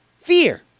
fear